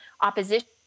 opposition